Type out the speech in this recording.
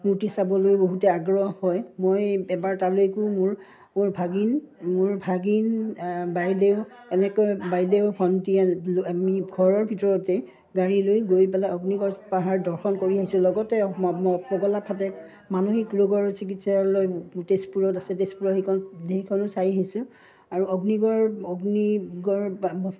মূৰ্তি চাবলৈ বহুতে আগ্ৰহ হয় মই এবাৰ তালৈকো মোৰ মোৰ ভাগিন মোৰ ভাগিন বাইদেউ এনেকৈ বাইদেউ ভণ্টি আমি ঘৰৰ ভিতৰতে গাড়ী লৈ গৈ পেলাই অগ্নিগড় পাহাৰ দৰ্শন কৰি আহিছোঁ লগতে পগলা ফাতেক মানসিক ৰোগৰ চিকিৎসালয় তেজপুৰত আছে তেজপুৰৰ সেইখন সেইখনো চাই আহিছোঁ আৰু অগ্নিগড় অগ্নিগড়